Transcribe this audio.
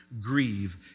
grieve